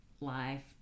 life